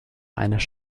eines